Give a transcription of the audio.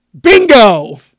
Bingo